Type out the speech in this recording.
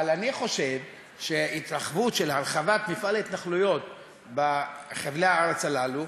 אבל אני חושב שהרחבת מפעל ההתנחלויות בחבלי הארץ הללו